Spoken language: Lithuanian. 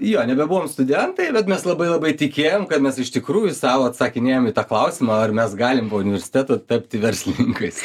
jo nebebuvom studentai bet mes labai labai tikėjom kad mes iš tikrųjų sau atsakinėjom į tą klausimą ar mes galim po universiteto tapti verslininkais